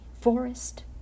forest